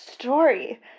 story